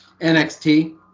NXT